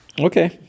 okay